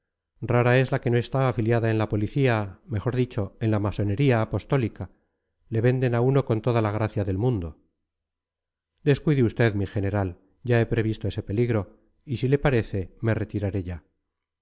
rara es la que no está afiliada en la policía mejor dicho en la masonería apostólica le venden a uno con toda la gracia del mundo descuide usted mi general ya he previsto ese peligro y si le parece me retiraré ya